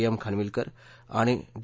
M Khanvilkar आणि D